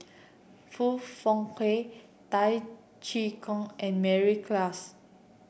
Foong Fook Kay Tay Chee Koh and Mary Klass